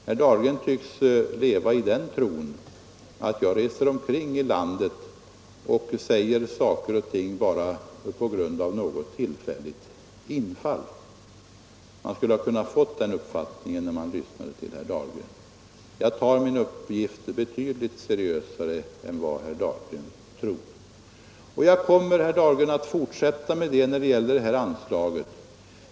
Herr Dahlgren tycks leva i den tron att jag reser omkring i landet och säger saker och ting på grund av ett tillfälligt infall — den uppfattningen får man när man lyssnar till herr Dahlgren. Jag tar min uppgift betydligt seriösare än herr Dahlgren tror. Och jag kommer, herr Dahlgren, att fortsätta med det även när det gäller det här anslaget.